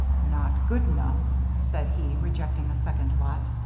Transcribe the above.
not good enough, said he, rejecting a second lot.